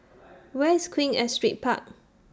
Where IS Queen Astrid Park